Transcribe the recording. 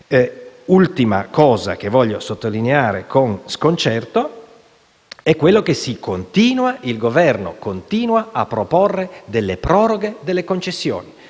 Un'ultima cosa che voglio sottolineare con sconcerto è che il Governo continua a proporre delle proroghe delle concessioni.